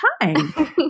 time